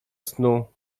snu